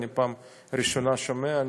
פעם ראשונה שאני שומע.